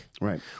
Right